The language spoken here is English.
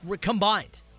combined